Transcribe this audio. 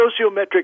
sociometric